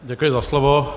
Děkuji za slovo.